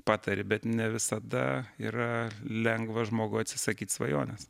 patari bet ne visada yra lengva žmogui atsisakyt svajonės